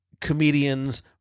comedians